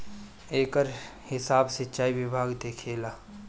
एकर हिसाब सिंचाई विभाग देखेला